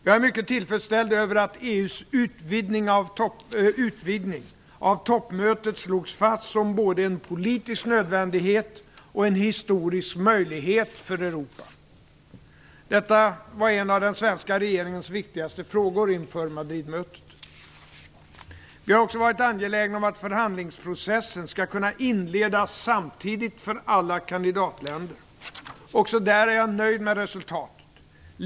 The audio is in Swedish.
Jag är mycket tillfredsställd över att EU:s utvidgning av toppmötet slogs fast som både en politisk nödvändighet och en historisk möjlighet för Europa. Detta var en av den svenska regeringens viktigaste frågor inför Madridmötet. Vi har också varit angelägna om att förhandlingsprocessen skall kunna inledas samtidigt för alla kandidatländer. Också där är jag nöjd med resultatet.